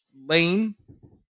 lane